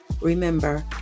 remember